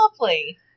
lovely